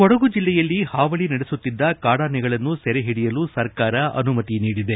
ಕೊಡಗು ಜಿಲ್ಲೆಯಲ್ಲಿ ಹಾವಳಿ ನಡೆಸುತ್ತಿದ್ದ ಕಾಡಾನೆಗಳನ್ನು ಸೆರೆ ಹಿಡಿಯಲು ಸರ್ಕಾರ ಅನುಮತಿ ನೀಡಿದೆ